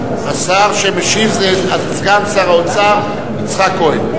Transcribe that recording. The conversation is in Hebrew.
השר שמשיב הוא סגן שר האוצר כהן.